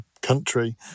country